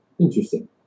Interesting